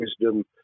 wisdom